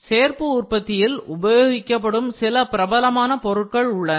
சேர்ப்பு உற்பத்தியில் உபயோகிக்கப்படும் சில பிரபலமான பொருட்கள் உள்ளன